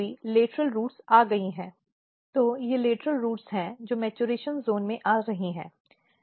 और अगर आप अरेबिडोप्सिस में देखें तो लेटरल रूट् विकास की प्रक्रिया अच्छी तरह से स्थापित है और सब ब्रांचिंग पोस्ट इम्ब्रीऑनिकली के बाद होती है